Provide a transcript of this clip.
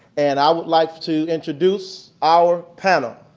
and i would like to introduce our panel.